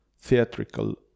theatrical